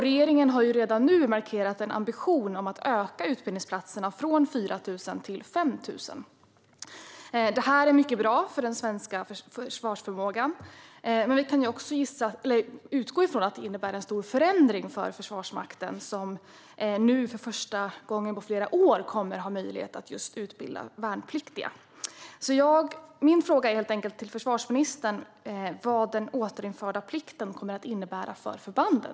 Regeringen har redan nu markerat en ambition att öka utbildningsplatserna från 4 000 till 5 000. Detta är mycket bra för den svenska försvarsförmågan, men vi kan också utgå från att det innebär en stor förändring för Försvarsmakten, som nu, för första gången på flera år, kommer att ha möjlighet att utbilda värnpliktiga. Min fråga till försvarsministern är helt enkelt: Vad kommer den återinförda plikten att innebära för förbanden?